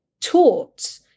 taught